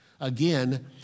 Again